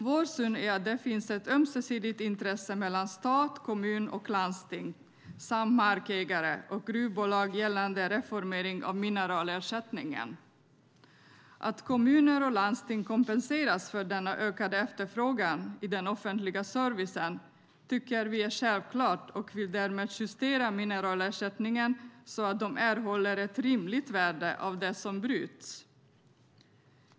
Vår syn är att det finns ett ömsesidigt intresse mellan stat, kommun och landsting samt markägare och gruvbolag gällande en reformering av mineralersättningen. Att kommuner och landsting kompenseras för denna ökade efterfrågan i den offentliga servicen tycker vi är självklart, och vi vill därmed justera mineralersättningen så att de erhåller ett rimligt värde av det som bryts.